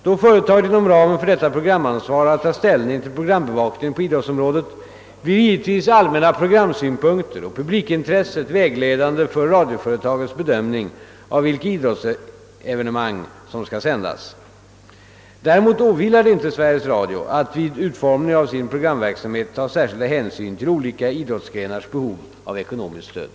Då företaget inom ramen för detta programansvar har att ta ställning till programbevakningen på idrottsområdet, blir givetvis allmänna programsynpunkter och publikintresset vägledande för radioföretagets bedömning av vilka idrottsevenemang som skall sändas. Däremot åvilar det inte Sveriges Radio att vid utformningen av sin programverksamhet ta särskilda hänsyn till olika idrottsgrenars behov av ekonomiskt stöd.